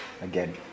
again